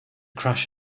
crash